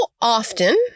often